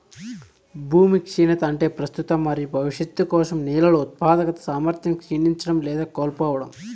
భూమి క్షీణత అంటే ప్రస్తుత మరియు భవిష్యత్తు కోసం నేలల ఉత్పాదక సామర్థ్యం క్షీణించడం లేదా కోల్పోవడం